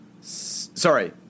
Sorry